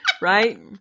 right